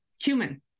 cumin